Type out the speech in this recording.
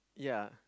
yeah